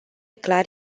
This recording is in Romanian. clar